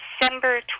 December